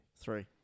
Three